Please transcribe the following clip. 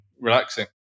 relaxing